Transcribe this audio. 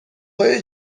های